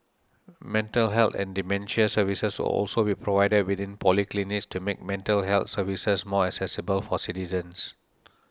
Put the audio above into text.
mental health and dementia services will also be provided within polyclinics to make mental health services more accessible for citizens